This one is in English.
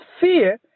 fear